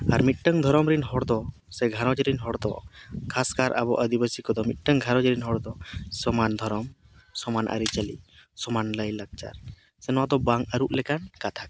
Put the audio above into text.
ᱟᱨ ᱢᱤᱫᱴᱟᱝ ᱫᱷᱚᱨᱚᱢ ᱨᱮᱱ ᱦᱚᱲᱫᱚ ᱥᱮ ᱜᱷᱟᱨᱚᱸᱡᱽ ᱨᱮᱱ ᱦᱚᱲᱫᱚ ᱠᱷᱟᱥᱠᱟᱨ ᱟᱵᱚ ᱟᱫᱤᱵᱟᱥᱤ ᱠᱚᱫᱚ ᱢᱤᱫᱴᱟᱝ ᱜᱷᱟᱨᱚᱸᱡᱽ ᱨᱮᱱ ᱦᱚᱲᱫᱚ ᱥᱚᱢᱟᱱ ᱫᱷᱚᱨᱚᱢ ᱥᱚᱢᱟᱱ ᱟᱹᱨᱤᱪᱟᱹᱞᱤ ᱥᱚᱢᱟᱱ ᱞᱟᱭᱼᱞᱟᱠᱪᱟᱨ ᱥᱮ ᱱᱚᱣᱟᱫᱚ ᱵᱟᱝ ᱟᱹᱨᱩᱜ ᱞᱮᱠᱟᱱ ᱠᱟᱛᱷᱟ ᱠᱟᱱᱟ